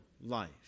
life